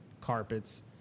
carpets